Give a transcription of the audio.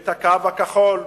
ואת הקו הכחול,